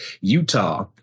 Utah